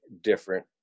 different